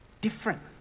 different